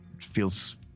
feels